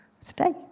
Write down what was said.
stay